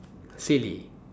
silly